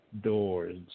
doors